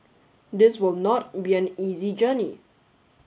this will not be an easy journey